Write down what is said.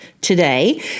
today